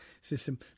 system